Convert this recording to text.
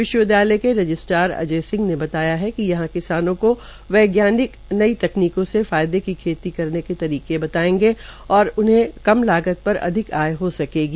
विश्वविद्यालय के रजिस्ट्रार अजय सिंह ने बताया कि यहां किसानों को वैज्ञानिक नई तकनीकों से फायदें की खेती करने के तरीके बतायेंगे जिससे उन्हें कम लागत प अधिक आय हो सकेगी